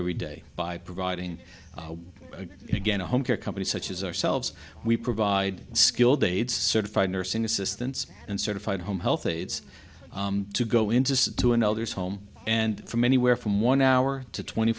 every day by providing again a home care company such as ourselves we provide skilled aides certified nursing assistants and certified home health aides to go into to another's home and from anywhere from one hour to twenty